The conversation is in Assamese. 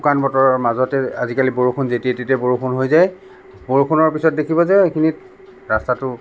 শুকান বতৰৰ মাজতে আজিকালি বৰষুণ যেতিয়াই তেতিয়াই বৰষুণ হৈ যায় বৰষুণৰ পিছত দেখিব যে এইখিনিত ৰাস্তাটো